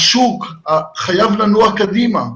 השוק, חייב לנוע קדימה.